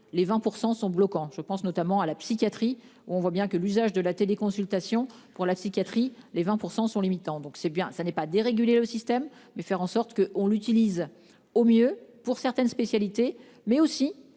les 20% sont bloquants. Je pense notamment à la psychiatrie. On voit bien que l'usage de la téléconsultation pour la psychiatrie. Les 20% sont mi-temps donc c'est bien, ça n'est pas déréguler le système mais faire en sorte que on l'utilise au mieux pour certaines spécialités, mais aussi